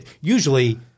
usually